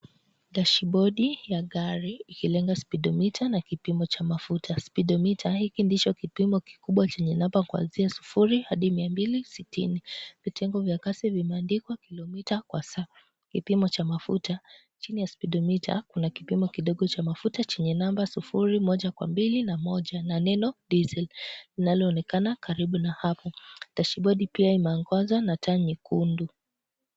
Dashibodi ya gari ikilenga spidomita na kipimo cha mafuta. Spidomita hiki ndicho kipimo kikubwa chenye namba kuanzia sufuri hadi mia mbili sitini. Vitengo vya kasi vimeandikwa kilomita kwa saa. Kipimo cha mafuta chini ya spidomita kuna kipimo kidogo cha mafuta chenye namba sufuri moja kwa mbili na moja na neno diesel linaloonekana karibu na hapo. Dashibodi pia imeongozwa na taa nyekundu.